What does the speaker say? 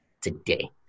today